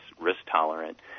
risk-tolerant